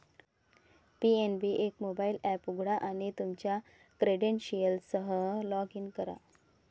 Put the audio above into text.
PNB एक mobile app उघडा आणि तुमच्या क्रेडेन्शियल्ससह लॉग इन करा